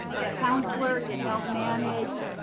a counselor to help manage